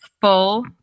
full